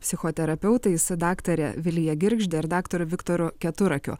psichoterapeutais daktare vilija girgžde ir daktaru viktoru keturakiu